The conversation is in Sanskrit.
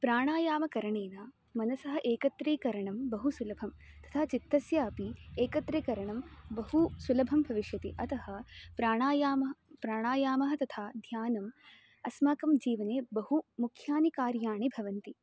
प्राणायामकरणेन मनसः एकत्रिकरणं बहु सुलभं तथा चित्तस्य अपि एकत्रिकरणं बहु सुलभं भविष्यति अतः प्राणायामःप्राणायामः तथा ध्यानम् अस्माकं जीवने बहु मुख्यानि कार्याणि भवन्ति